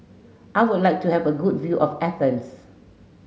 I would like to have a good view of Athens